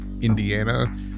Indiana